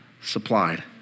supplied